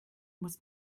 muss